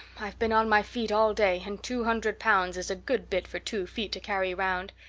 i've been on my feet all day, and two hundred pounds is a good bit for two feet to carry round.